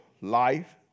life